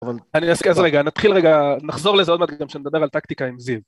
אבל אני אז רגע נתחיל רגע נחזור לזה עוד מעט כדי שנדבר על טקטיקה עם זיו